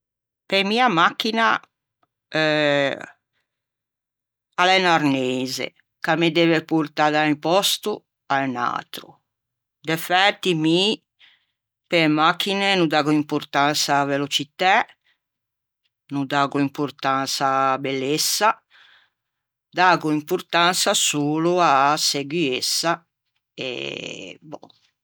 Pe mi a machina a l'é un arneise ch'a me deve portâ da un pòsto à un atro. Defæti pe mi pe-e machine no daggo importansa a-a velocitæ, no daggo importansa a-a bellessa, daggo importansa solo a-a seguessa e bon.